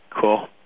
Cool